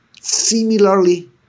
similarly